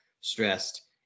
stressed